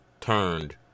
turned